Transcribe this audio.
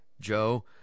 Joe